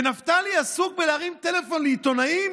ונפתלי עסוק בלהרים טלפון לעיתונאים